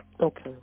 okay